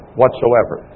whatsoever